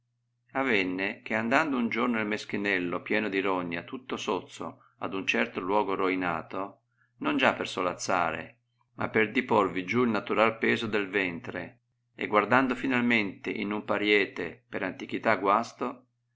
avenne che andando un giorno il meschinello pieno di rogna tutto sozzo ad un certo luogo roinato non già per solazzare ma per diporvi giù il naturai peso del ventre e guardando finalmente in un pariete per antichità guasto